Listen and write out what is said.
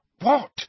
What